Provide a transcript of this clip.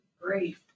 great